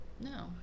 No